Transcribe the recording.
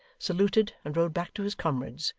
saluted, and rode back to his comrades,